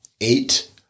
eight